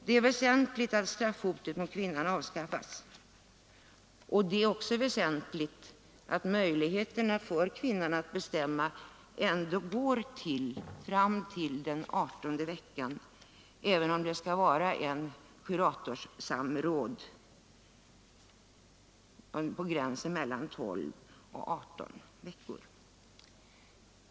Det är väsentligt att straffhotet mot kvinnan upphör, och det är också väsentligt att möjligheterna för kvinnan att bestämma ändå sträcker sig fram till den adertonde veckan, även om det skall vara kuratorsamråd efter tolfte veckan.